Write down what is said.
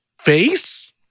face